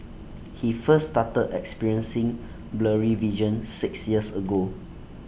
he first started experiencing blurry vision six years ago